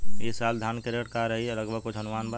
ई साल धान के रेट का रही लगभग कुछ अनुमान बा?